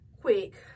Quick